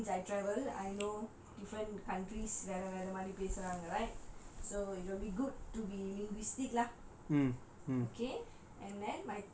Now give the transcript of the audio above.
because you know since I travel I know different countries வேற வேற மாரி பேசுறாங்க:vera vera maari pesuranga right so it would be good to be linguistic lah